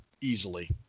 Easily